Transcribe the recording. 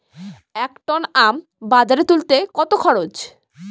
এক টন আম বাজারে তুলতে কত খরচ?